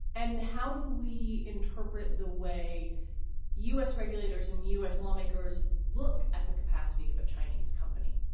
and how do we interpret the way u s. regulators and u s. lawmakers look at the capacity of a chinese company?